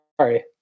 sorry